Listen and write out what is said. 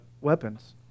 weapons